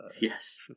Yes